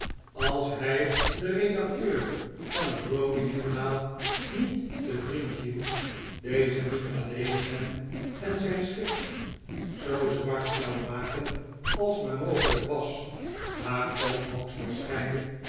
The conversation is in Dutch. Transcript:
als hij den redacteur van het rowdy journal niet te vriend hield deze niet alleen hem en zijn schip zoo zwart zou maken als maar mogelijk was maar ook hoogstwaarschijnlijk